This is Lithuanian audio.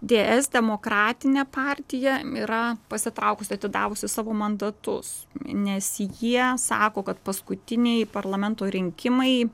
dė es demokratinė partija yra pasitraukusi atidavusi savo mandatus nes jie sako kad paskutiniai parlamento rinkimai